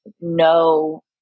no